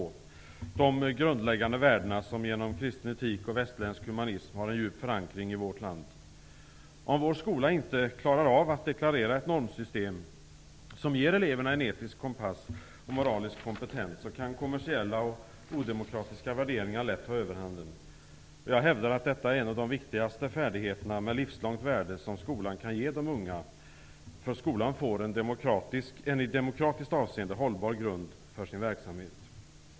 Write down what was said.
Det handlar om de grundläggande värden som genom kristen etik och västerländsk humanism har en djup förankring i vårt land. Om vår skola inte klart deklarerar ett normsystem som ger eleverna en etisk kompass och moralisk kompetens kan kommersiella och odemokratiska värderingar lätt ta överhanden. Jag hävdar att detta är en av de viktigaste färdigheter med livslångt värde som skolan kan ge de unga. Skolan får en i demokratiskt avseende hållbar grund för sin verksamhet.